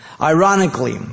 Ironically